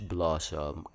Blossom